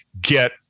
get